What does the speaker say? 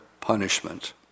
punishment